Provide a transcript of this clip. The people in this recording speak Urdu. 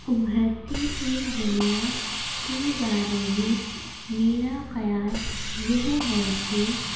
ابھرتی ہوئی دنیا کی بارے میں میرا خیال یہ ہے کہ